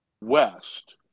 west